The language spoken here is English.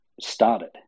started